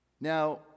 Now